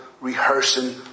rehearsing